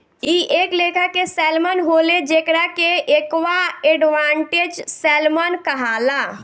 इ एक लेखा के सैल्मन होले जेकरा के एक्वा एडवांटेज सैल्मन कहाला